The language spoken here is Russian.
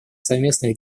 совместных